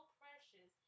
precious